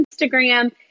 Instagram